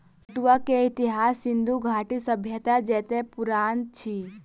पटुआ के इतिहास सिंधु घाटी सभ्यता जेतै पुरान अछि